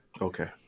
Okay